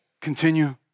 continue